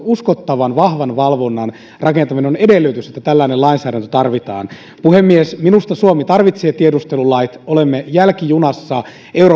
uskottavan vahvan valvonnan rakentaminen on edellytys että tällainen lainsäädäntö tarvitaan puhemies minusta suomi tarvitsee tiedustelulait olemme jälkijunassa suhteessa euroopan muihin maihin verrattuna